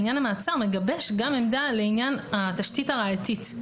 לעניין המעצר מגבש גם עמדה לעניין התשתית הראייתית,